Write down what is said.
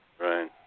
Right